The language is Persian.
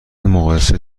مقایسه